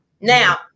Now